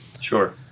Sure